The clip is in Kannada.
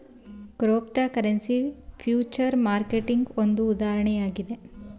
ಕ್ರಿಪ್ತೋಕರೆನ್ಸಿ ಫ್ಯೂಚರ್ ಮಾರ್ಕೆಟ್ಗೆ ಒಂದು ಉದಾಹರಣೆಯಾಗಿದೆ